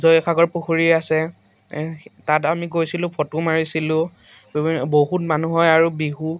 জয়সাগৰ পুখুৰী আছে তাত আমি গৈছিলোঁ ফটো মাৰিছিলোঁ বহুত মানুহে আৰু বিহু